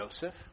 Joseph